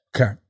Okay